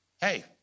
hey